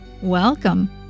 Welcome